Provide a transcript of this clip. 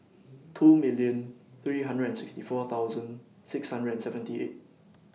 two million three hundred and sixty four thousand six hundred and seventy eight